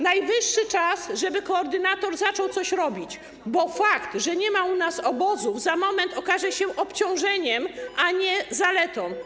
Najwyższy czas, żeby koordynator zaczął coś robić, bo fakt, że nie ma u nas obozów, za moment okaże się obciążeniem, a nie zaletą.